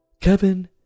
Kevin